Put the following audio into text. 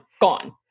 gone